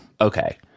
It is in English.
Okay